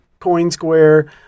CoinSquare